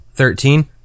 Thirteen